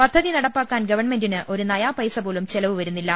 പദ്ധതി നടപ്പാക്കാൻ ഗവൺമെന്റിന് ഒരു നയാപൈസ പോലും ചെലവ് വരുന്നില്ല